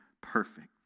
perfect